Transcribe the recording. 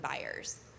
buyers